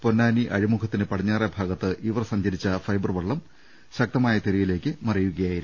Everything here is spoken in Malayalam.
പൊന്നാനി അഴിമുഖത്തിന് പടിഞ്ഞാറേ ഭാഗത്ത് ഇവർ സഞ്ചരിച്ചിരുന്ന ഫൈബർ വള്ളം ശക്തമായ തിരയിലേക്ക് മറയുകയായിരുന്നു